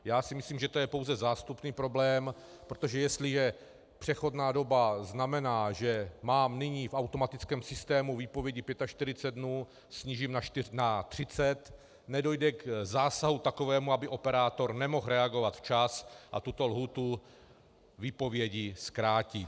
Já myslím, že to je pouze zástupný problém, protože jestli přechodná doba znamená, že mám nyní v automatickém systému výpovědi 45 dnů, snížím na 30, nedojde k zásahu takovému, aby operátor nemohl reagovat včas a tuto lhůtu výpovědi zkrátit.